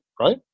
right